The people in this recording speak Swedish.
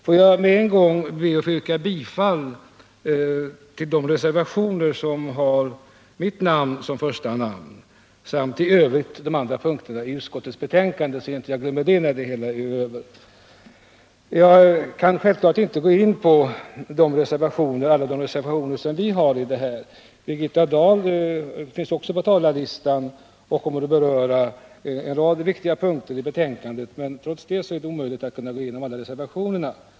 Låt mig med en gång yrka bifall till de reservationer som har mitt namn som första namn samt i övrigt till civilutskottets betänkande nr 26, så att jag inte glömmer det innan det hela är över. Jag kan självfallet inte gå in på alla de socialdemokratiska reservationerna i civilutskottets betänkande nr 26. Birgitta Dahl står också på talarlistan. Hon kommer att beröra en del viktiga punkter i betänkandet, men trots det är det omöjligt för oss att hinna gå igenom alla de socialdemokratiska reservationerna.